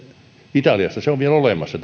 italiassa tämä kytkös on vielä olemassa